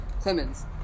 Clemens